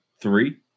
three